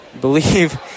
believe